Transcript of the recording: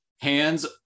hands